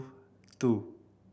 two